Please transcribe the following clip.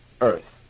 earth